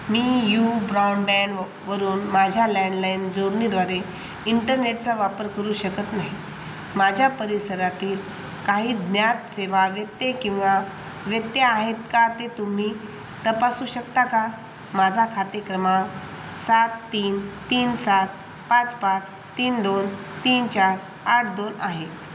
मी यू ब्राँडबँड व वरून माझ्या लँडलाईन जोडणीद्वारे इंटरनेटचा वापर करू शकत नाही माझ्या परिसरातील काही ज्ञातसेवा व्यत्यय किंवा व्यत्यय आहेत का ते तुम्ही तपासू शकता का माझा खाते क्रमांक सात तीन तीन सात पाच पाच तीन दोन तीन चार आठ दोन आहे